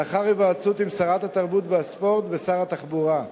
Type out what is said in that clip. לאחר היוועצות בשרת התרבות והספורט ושר התחבורה,